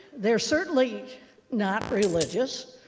they're certainly not religious,